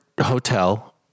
hotel